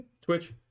twitch